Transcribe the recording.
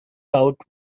out